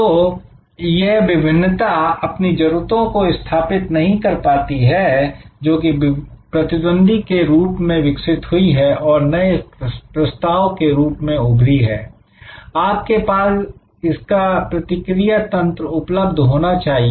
तू यह विभिन्नता अपनी जरूरतों को स्थापित नहीं कर पाती है जो कि प्रतिद्वंदी के रूप में विकसित हुई हैं और नए प्रस्ताव के रूप में उभरी हैं आपके पास इसका प्रतिक्रिया तंत्र उपलब्ध होना चाहिए